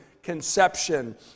conception